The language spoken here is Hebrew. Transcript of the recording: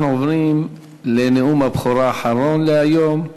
אנחנו עוברים לנאום הבכורה האחרון להיום,